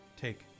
take